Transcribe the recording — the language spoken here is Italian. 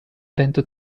vento